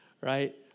right